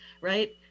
Right